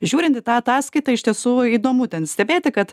žiūrint į tą ataskaitą iš tiesų įdomu ten stebėti kad